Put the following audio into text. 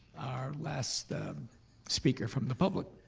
our last speaker from the public